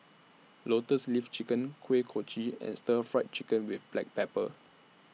Lotus Leaf Chicken Kuih Kochi and Stir Fry Chicken with Black Pepper